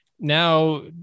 Now